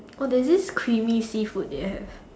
oh there's this creamy seafood they have